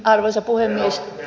arvoisa puhemies